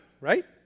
Right